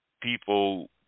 people